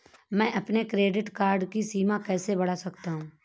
मैं अपने credit card की सीमा कैसे बढ़ा सकता हूँ?